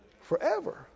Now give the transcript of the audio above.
Forever